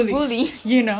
bullies you know